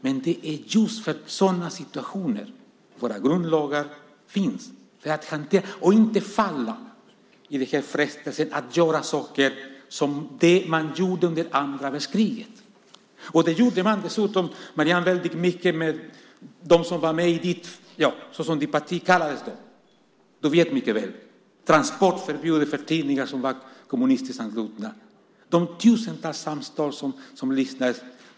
Men det är just för sådana situationer våra grundlagar finns. Man ska inte falla för frestelsen att göra saker som man gjorde under andra världskriget. Det gjorde man dessutom, Marianne, väldigt mycket när det gällde dem som var med i det som ditt parti kallades då. Du känner till detta mycket väl. Det var transportförbud för tidningar som hade kommunistisk anknytning. Tusentals samtal avlyssnades.